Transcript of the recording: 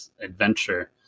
adventure